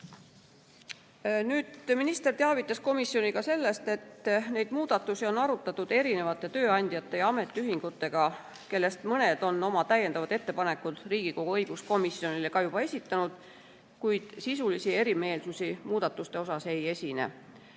on. Minister teavitas komisjoni ka sellest, et neid muudatusi on arutatud erinevate tööandjate ja ametiühingutega, kellest mõned on oma täiendavad ettepanekud Riigikogu õiguskomisjonile esitanud, kuid sisulisi erimeelsusi muudatuste osas ei esine.